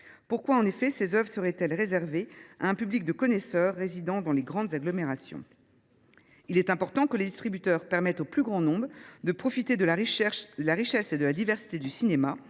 Pourquoi, en effet, ces œuvres seraient elles réservées à un public de connaisseurs résidant dans les grandes agglomérations ? Tout à fait ! Il est important que les distributeurs permettent au plus grand nombre de profiter de la richesse et de la diversité du cinéma,